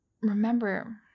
remember